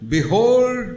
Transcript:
Behold